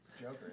joker